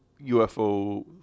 UFO